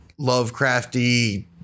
lovecrafty